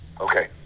okay